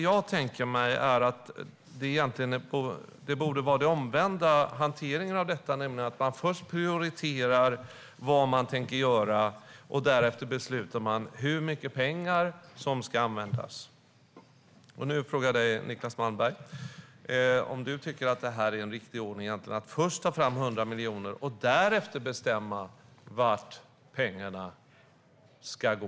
Jag tänker mig att hanteringen av detta borde vara omvänd, nämligen att man först prioriterar vad man tänker göra och därefter beslutar hur mycket pengar som ska användas. Nu frågar jag dig, Niclas Malmberg, om du tycker att det är en riktig ordning att först ta fram 100 miljoner och därefter bestämma vart pengarna ska gå.